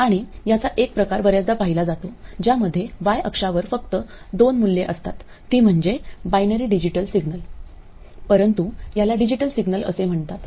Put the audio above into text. आणि याचा एक प्रकार बर्याचदा पाहिला जातो ज्यामध्ये y अक्षावर फक्त दोन मूल्ये असतात ती म्हणजे बाइनरी डिजिटल सिग्नल परंतु याला डिजिटल सिग्नल असे म्हणतात